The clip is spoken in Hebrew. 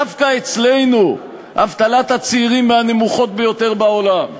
דווקא אצלנו, אבטלת הצעירים מהנמוכות ביותר בעולם.